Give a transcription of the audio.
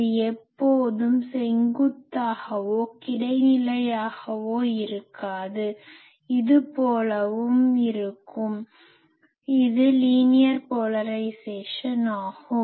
இது எப்போதும் செங்குத்தாகவோ கிடைநிலையாகவோ இருக்காது இது போலவும் இருக்கும் இது லீனியர் போலரைஸேசன் ஆகும்